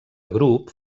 grup